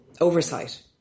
oversight